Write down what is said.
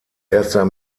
erster